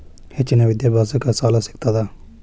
ಹೆಚ್ಚಿನ ವಿದ್ಯಾಭ್ಯಾಸಕ್ಕ ಸಾಲಾ ಸಿಗ್ತದಾ?